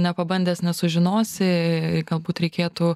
nepabandęs nesužinosi galbūt reikėtų